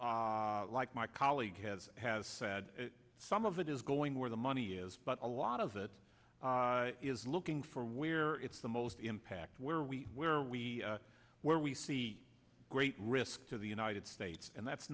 like my colleague has has said some of it is going where the money is but a lot of it is looking for where it's the most impact where we where we are where we see great risk to the united states and that's